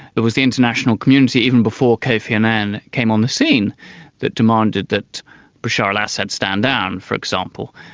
it was the international community even before kofi annan came on the scene that demanded that bashar al-assad stand down, for example.